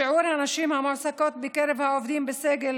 שיעור הנשים המועסקות בקרב העובדים בסגל